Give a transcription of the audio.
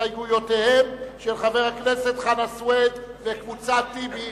הסתייגות של חבר הכנסת חנא סוייד וקבוצת טיבי.